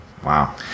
wow